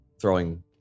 throwing